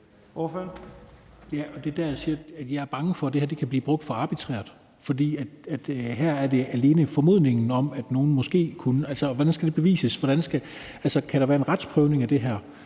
Larsen (LA): Det er der, hvor jeg siger, at jeg er bange for, at det her kan blive brugt for arbitrært. Her er det alene formodningen om, at nogle måske kunne gøre noget. Hvordan skal det bevises? Kan der være en retsprøvning af det her?